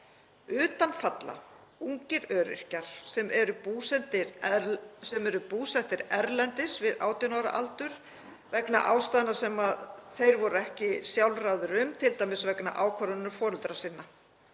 Utan falla ungir öryrkjar sem eru búsettir erlendis við 18 ára aldur, vegna ástæðna sem þeir voru ekki sjálfráðir um, t.d. vegna ákvörðunar foreldra sinna.